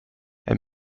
and